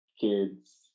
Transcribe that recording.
kids